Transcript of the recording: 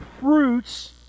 fruits